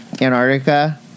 Antarctica